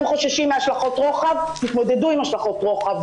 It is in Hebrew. הם חוששים מהשלכות רוחב, תתמודדו עם השלכות רוחב.